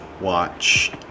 watch